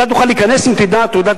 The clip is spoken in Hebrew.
אתה תוכל להיכנס אם תדע את מספר תעודת